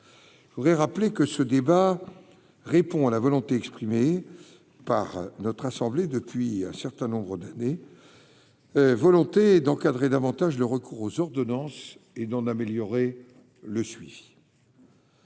je voudrais rappeler que ce débat répond à la volonté exprimée par notre assemblée depuis un certain nombre d'années, volonté d'encadrer davantage le recours aux ordonnances et d'en améliorer le suivi.